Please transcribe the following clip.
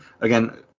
Again